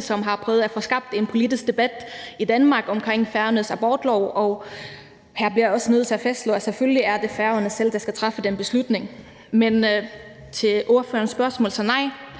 som har prøvet at få skabt en politisk debat i Danmark omkring Færøernes abortlov, og her bliver jeg også nødt til at fastslå, at selvfølgelig er det Færøerne selv, der skal træffe den beslutning. Men til ordførerens spørgsmål: Nej,